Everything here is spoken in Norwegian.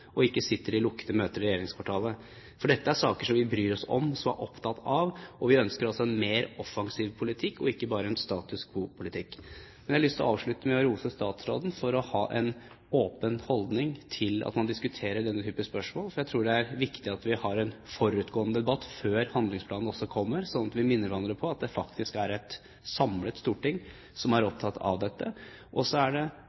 og ikke sitter i lukkede møter i regjeringskvartalet. Dette er saker vi bryr oss om, og som vi er opptatt av, og vi ønsker oss en mer offensiv politikk og ikke bare en status quo-politikk. Jeg har lyst til å avslutte med å rose statsråden for å ha en åpen holdning til at man diskuterer denne typen spørsmål. Jeg tror det er viktig at vi har en debatt før handlingsplanen kommer, slik at vi minner hverandre på at det faktisk er et samlet storting som er opptatt av dette. Så er det